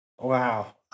Wow